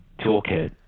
Toolkit